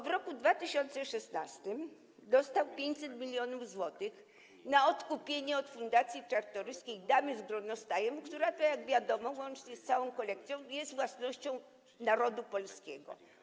W roku 2016 dostał 500 mln zł na odkupienie od Fundacji Książąt Czartoryskich „Damy z gronostajem”, która, jak wiadomo, łącznie z całą kolekcją jest własnością narodu polskiego.